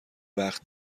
وقت